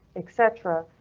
etc.